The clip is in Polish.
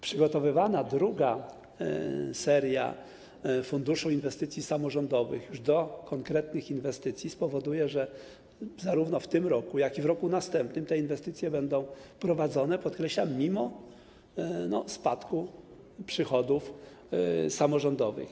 Przygotowywana druga seria Funduszu Inwestycji Samorządowych odnośnie już do konkretnych inwestycji spowoduje, że zarówno w tym roku, jak i w roku następnym te inwestycje będą prowadzone, podkreślam, mimo spadku przychodów samorządowych.